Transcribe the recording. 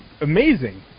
amazing